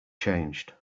changed